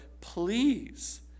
please